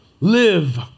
live